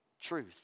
truth